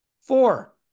four